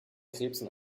krebsen